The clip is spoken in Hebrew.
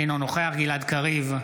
אינו נוכח גלעד קריב,